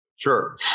Sure